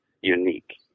unique